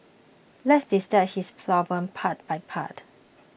let's dissect this problem part by part